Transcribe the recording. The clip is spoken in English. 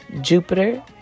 Jupiter